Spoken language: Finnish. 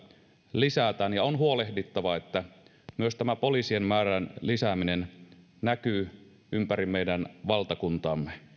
lisätään ja on huolehdittava että myös tämä poliisien määrän lisääminen näkyy ympäri meidän valtakuntaamme